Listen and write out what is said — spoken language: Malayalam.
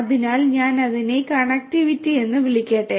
അതിനാൽ ഞാൻ അതിനെ കണക്റ്റിവിറ്റി എന്ന് വിളിക്കട്ടെ